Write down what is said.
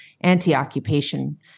anti-occupation